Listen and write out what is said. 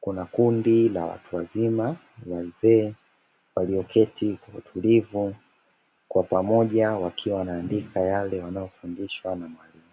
kuna kundi la watu wazima wazee walioketi kwa utulivu, kwa pamoja wakiwa wanaandika yale wanayofundishwa na mwalimu.